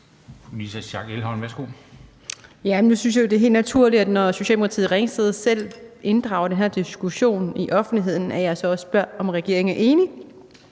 er helt naturligt, når Socialdemokratiet i Ringsted selv inddrager offentligheden i den her diskussion, at jeg så også spørger, om regeringen er enig.